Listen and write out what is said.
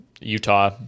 Utah